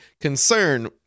concern